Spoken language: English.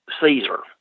Caesar